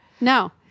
no